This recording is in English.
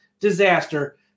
disaster